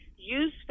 use